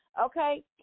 Okay